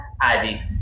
Ivy